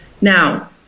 Now